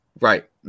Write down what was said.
Right